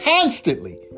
constantly